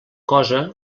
cosa